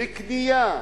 בקנייה,